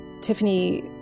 Tiffany